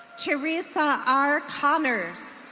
teresa r connors.